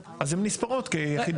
אז הן נספרות כיחידות.